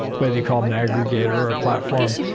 whether you call them an aggregator or a platform,